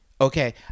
Okay